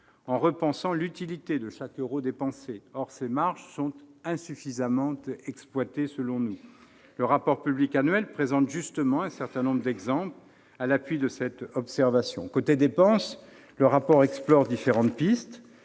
en repensant l'utilité de chaque euro dépensé. Or, selon nous, ces marges sont insuffisamment exploitées. Le rapport public annuel présente justement un certain nombre d'exemples à l'appui de cette observation. Côté dépenses, le rapport explore différentes pistes.